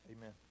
Amen